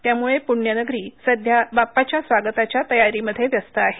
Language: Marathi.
त्याम्ळे प्ण्यनगरी सध्या बाप्पाच्या स्वागताच्या तयारीमध्ये व्यस्त आहे